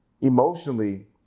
emotionally